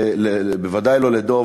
ובוודאי לא לדב,